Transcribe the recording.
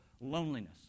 loneliness